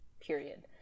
period